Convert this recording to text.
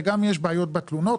וגם יש בעיות התלונות,